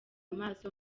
amaso